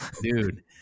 dude